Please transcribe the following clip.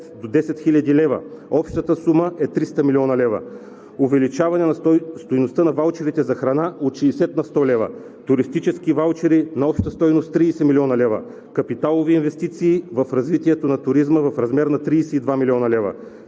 до 10 хил. лв. – общата сума е 300 млн. лв.; увеличаване на стойността на ваучерите за храна от 60 на 100 лв.; туристически ваучери на обща стойност – 30 млн. лв.; капиталови инвестиции в развитието на туризма – в размер на 32 млн. лв.;